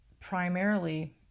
primarily